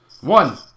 One